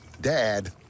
Dad